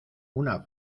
una